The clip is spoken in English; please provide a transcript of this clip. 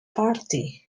party